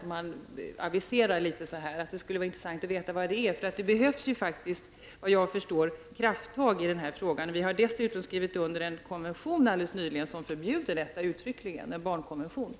Det skulle vara intressant att få veta vad det är han aviserar på det här området. Det behövs, såvitt jag förstår, krafttag i den här frågan. Vi har dessutom nyligen skrivit under den barnkonvention som uttryckligen förbjuder dessa fängelsestraff.